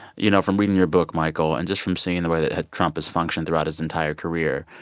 you know, from reading your book, michael, and just from seeing the way that trump has functioned throughout his entire career,